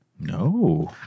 No